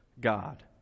god